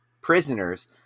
Prisoners